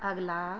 ਅਗਲਾ